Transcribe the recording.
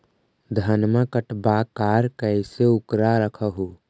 धनमा कटबाकार कैसे उकरा रख हू?